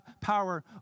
power